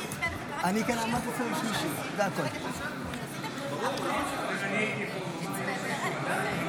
(קוראת בשם חברת הכנסת)